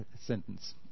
sentence